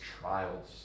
trials